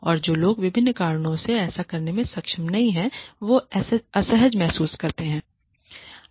और जो लोग विभिन्न कारणों से ऐसा करने में सक्षम नहीं हैं वे असहज महसूस करते हैं